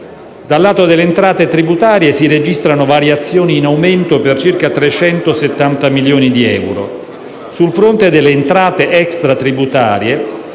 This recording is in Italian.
dal lato delle entrate tributarie si registrano variazioni in aumento per circa 370 milioni di euro. Sul fronte delle entrate extratributarie